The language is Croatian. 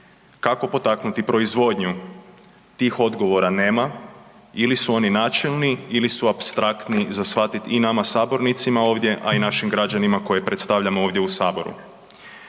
Kako potaknuti proizvodnju? Tih odgovora nema ili su oni načelni ili su apstraktni za shvatit i nama sabornicima ovdje, a i našim građanima koje predstavljamo ovdje u saboru.